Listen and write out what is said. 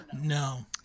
No